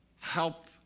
help